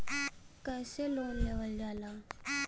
कैसे लोन लेवल जाला?